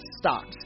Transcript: stocks